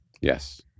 Yes